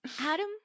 Adam